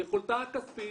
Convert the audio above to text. יכולתה הכספית,